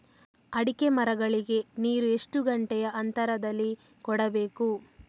ಅಡಿಕೆ ಮರಗಳಿಗೆ ನೀರು ಎಷ್ಟು ಗಂಟೆಯ ಅಂತರದಲಿ ಕೊಡಬೇಕು?